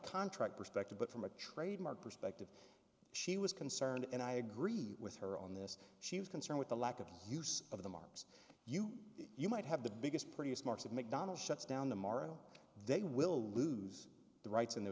contract perspective but from a trademark perspective she was concerned and i agree with her on this she was concerned with the lack of use of the market you you might have the biggest prettiest marks of mcdonald's shuts down tomorrow they will lose the rights